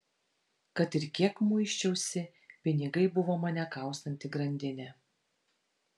kad ir kiek muisčiausi pinigai buvo mane kaustanti grandinė